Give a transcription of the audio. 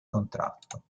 contratto